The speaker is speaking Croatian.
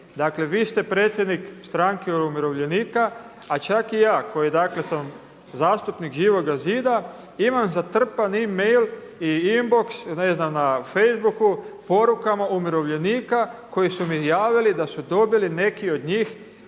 Dakle, vi ste predsjednik stranke umirovljenika, a čak i ja koji dakle sam zastupnik Živoga zida imam zatrpan e-mail i inbox ne znam na Facebooku porukama umirovljenika koji su mi javili da su dobili neki od njih